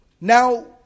Now